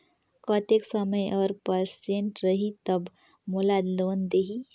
कतेक समय और परसेंट रही तब मोला लोन देही?